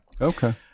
okay